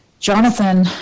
Jonathan